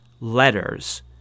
letters